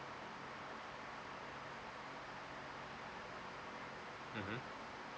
mmhmm